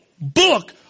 book